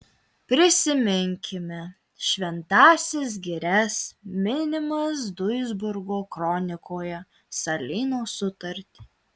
prisiminkime šventąsias girias minimas duisburgo kronikoje salyno sutartį